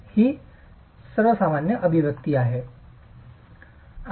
ही सर्वसामान्य अभिव्यक्ती आहे